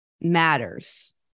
matters